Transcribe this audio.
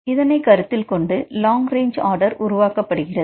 இதனை கருத்தில் கொண்டு லாங் ரேஞ்ச் ஆர்டர் உருவாக்கப்படுகிறது